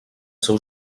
seu